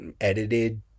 Edited